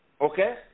Okay